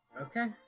Okay